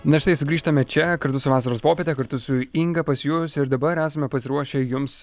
na štai sugrįžtame čia kartu su vasaros popiete kartu su inga pas jus ir dabar esame pasiruošę jums